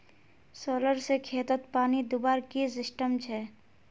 Solar से खेतोत पानी दुबार की सिस्टम छे?